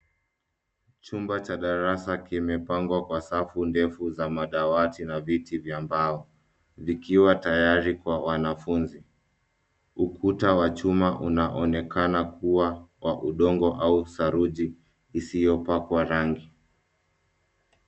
Chumba cha darasa kimepangwa kwa safu ndefu za madawati na viti vya mbao. Vikiwa tayari kwa wanafunzi. Ukuta wa chuma unaonekana kuwa wa udongo au saruji isiyopakwa rangi.